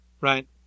right